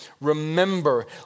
remember